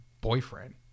boyfriend